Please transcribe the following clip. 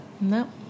No